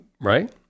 right